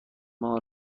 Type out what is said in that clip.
ماه